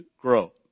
grow